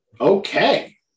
okay